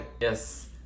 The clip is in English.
Yes